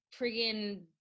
friggin